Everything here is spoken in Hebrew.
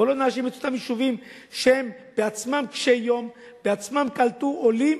בואו לא נאשים את אותם יישובים שהם עצמם קשי-יום ובעצמם קלטו עולים